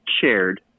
shared